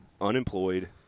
unemployed